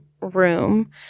room